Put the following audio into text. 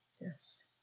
Yes